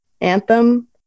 anthem